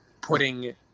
putting